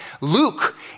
Luke